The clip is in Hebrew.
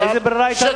איזו ברירה היתה?